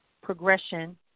progression